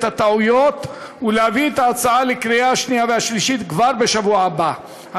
הטעויות ולהביא את ההצעה לקריאה שנייה ושלישית כבר בשבוע הבא.